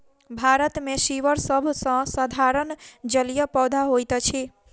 भारत मे सीवर सभ सॅ साधारण जलीय पौधा होइत अछि